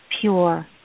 pure